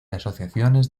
asociaciones